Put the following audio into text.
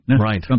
Right